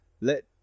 let